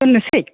दोन्नोसै